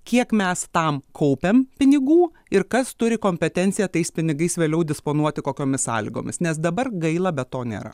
kiek mes tam kaupiam pinigų ir kas turi kompetenciją tais pinigais vėliau disponuoti kokiomis sąlygomis nes dabar gaila bet to nėra